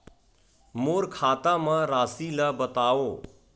मोर खाता म राशि ल बताओ?